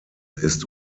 ist